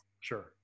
Sure